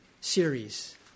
series